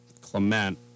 Clement